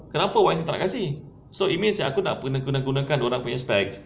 kenapa wani tak nak kasih so it means aku nak kena gunakan dia orang punya specs